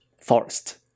forest